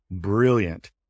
brilliant